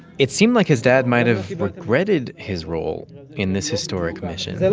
it seemed like his dad might have regretted his role in this historic mission